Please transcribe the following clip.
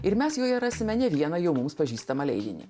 ir mes joje rasime ne vieną jau mums pažįstama leidinį